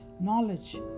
knowledge